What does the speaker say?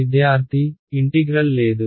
విద్యార్థి ఇంటిగ్రల్ లేదు